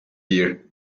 year